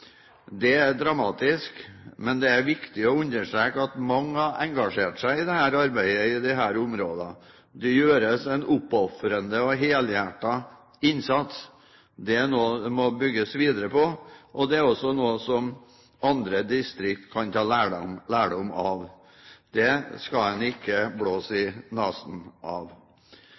Det er dramatisk, men det er viktig å understreke at mange har engasjert seg i dette arbeidet i disse områdene. Det gjøres en oppofrende og helhjertet innsats. Det er noe det må bygges videre på, og det er også noe som andre distrikter kan ta lærdom av. Det skal man ikke blåse i nesen av. Reindriften er i en